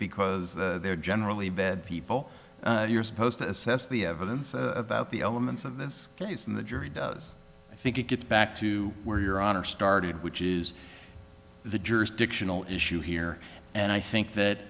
because they're generally bad people you're supposed to assess the evidence about the elements of this case and the jury does i think it gets back to where your honor started which is the jurisdictional issue here and i think that